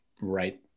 right